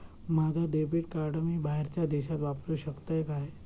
माझा debit card मी बाहेरच्या देशात वापरू शकतय काय?